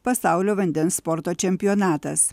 pasaulio vandens sporto čempionatas